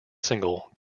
single